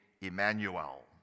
Emmanuel